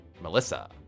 Melissa